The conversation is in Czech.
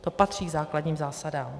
To patří k základním zásadám.